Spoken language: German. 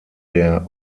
der